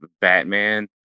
Batman